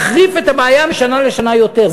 מחריף את הבעיה משנה לשנה יותר.